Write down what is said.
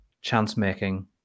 chance-making